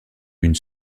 une